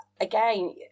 again